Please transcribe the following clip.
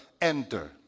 Enter